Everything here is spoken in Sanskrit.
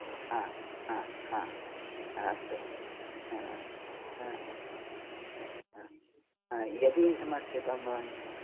हा ह ह अस्तु यदि समर्मितं भवान्